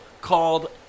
called